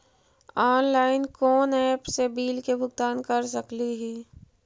Online कोन app से bill के भुगतान कर सकली ही?